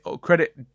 credit